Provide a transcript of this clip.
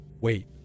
Wait